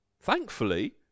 Thankfully